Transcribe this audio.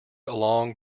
along